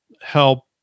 help